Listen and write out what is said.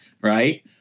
right